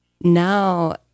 now